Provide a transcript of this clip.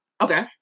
Okay